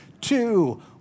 two